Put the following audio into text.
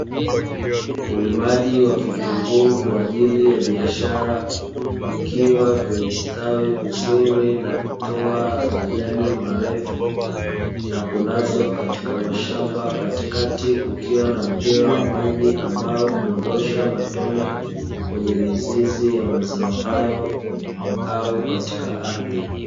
Ulimaji wa vitunguu kwa ajili ya biashara vikiwa vimestawi vizuri na kutoa majani marefu na kulazwa katika mashamba. Katikati kukiwa na mpira wa maji ambao hudondosha matone kwenye mizizi ya mazao hayo au katika ardhi.